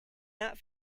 not